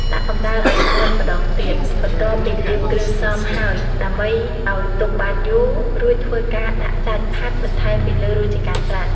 ដាក់កំដៅអោយស្ងួតម្ដងទៀតបន្ទាប់ពីលាបគ្រឿងផ្សំរហើយដើម្បីអោយទុកបានយូរ រួចធ្វើការដាក់សាច់ផាត់បន្ថែមពីលើរួចជាការស្រេច